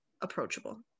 approachable